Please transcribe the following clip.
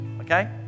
okay